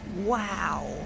Wow